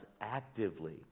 actively